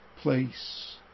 place